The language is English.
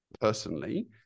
personally